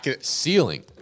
Ceiling